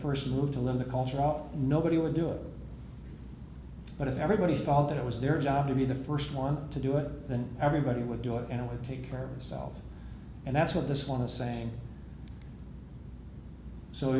first move to live the culture oh nobody would do it but if everybody felt that it was their job to be the first one to do it then everybody would do it and it would take care of itself and that's what this one is saying so